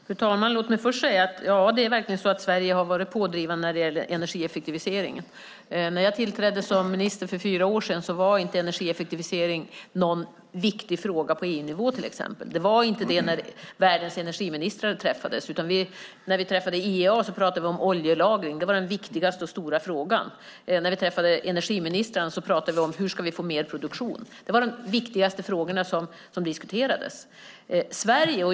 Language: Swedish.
Fru talman! Låt mig först säga att Sverige verkligen har varit pådrivande när det gäller energieffektiviseringen. När jag tillträdde som minister för fyra år sedan var energieffektivisering inte någon viktig fråga på till exempel EU-nivå. Den var inte det när världens energiministrar träffades. När vi träffade IEA talade vi om oljelagring. Det var den viktigaste och stora frågan. När vi träffade energiministrarna pratade vi om hur vi skulle få mer produktion. Det var de viktigaste frågorna som diskuterades.